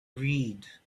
read